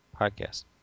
podcast